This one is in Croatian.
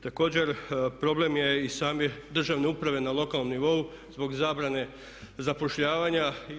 Također, problem je i same državne uprave na lokalnom nivou zbog zabrane zapošljavanja.